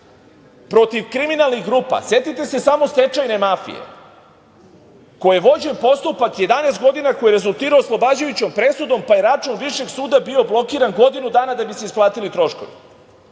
protiv kriminalnih grupa. Setite se samo stečajne mafije koji je vođen postupak 17 godina, koji je rezultirao oslobađajućom presudom, pa je račun Višeg suda bio blokiran godinu dana da bi se isplatili troškovi.Zašto